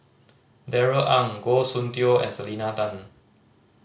Darrell Ang Goh Soon Tioe and Selena Tan